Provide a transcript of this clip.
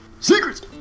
Secrets